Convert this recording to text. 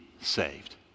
saved